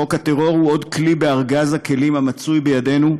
חוק הטרור הוא עוד כלי בארגז הכלים המצוי בידינו,